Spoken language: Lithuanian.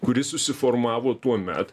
kuri susiformavo tuomet